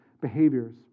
behaviors